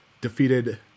defeated